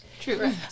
True